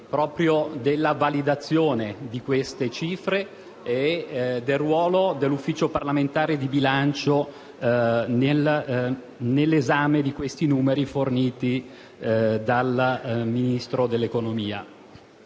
proprio della validazione di queste cifre e del ruolo dell'Ufficio parlamentare di bilancio nell'esame dei numeri forniti dal Ministro dell'economia.